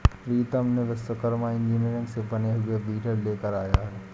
प्रीतम ने विश्वकर्मा इंजीनियरिंग से बने हुए वीडर लेकर आया है